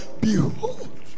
Behold